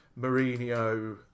Mourinho